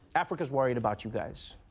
africa is worried about you guys.